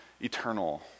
eternal